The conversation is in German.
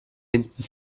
hinten